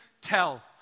tell